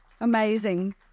Amazing